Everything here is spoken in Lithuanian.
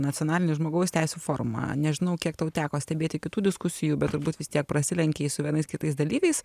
nacionalinį žmogaus teisių formą nežinau kiek tau teko stebėti kitų diskusijų bet turbūt vis tiek prasilenkei su vienais kitais dalyviais